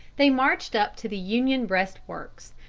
they marched up to the union breastworks,